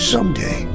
Someday